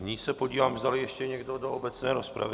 Nyní se podívám, zdali ještě někdo do obecné rozpravy?